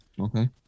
Okay